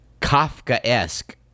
Kafka-esque